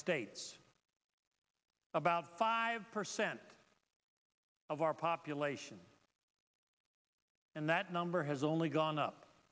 states about five percent of our population and that number has only gone up